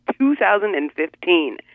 2015